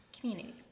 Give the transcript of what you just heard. community